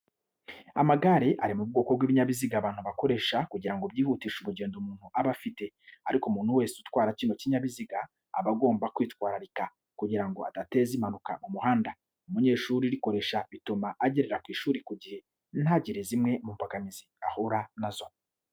Amagare ari mu bwoko bw'ibinyabiziga abantu bakoresha kugira ngo byihutishe urugendo umuntu aba afite. Ariko umuntu wese utwara kino kinyabiziga aba agomba kwitwararika kugira ngo adateza impanuka mu muhanda. Umunyeshuri urikoresha bituma agerera ku ishuri ku gihe ntagire zimwe mu mbogamizi ahura na zo.